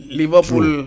liverpool